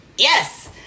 Yes